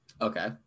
Okay